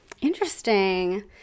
Interesting